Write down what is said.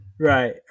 Right